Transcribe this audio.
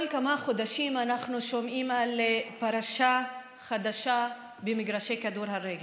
כל כמה חודשים אנחנו שומעים על פרשה חדשה במגרשי הכדורגל,